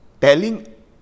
telling